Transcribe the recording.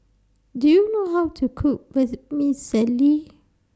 Do YOU know How to Cook Vermicelli